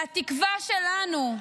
מהתקווה שלנו.